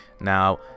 Now